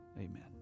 amen